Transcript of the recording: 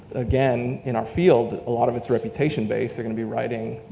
again, in our field, a lot of its reputation based, they're gonna be writing,